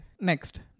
Next